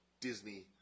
Disney